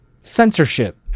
censorship